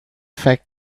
fact